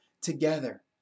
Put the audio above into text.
together